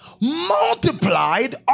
Multiplied